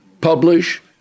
publish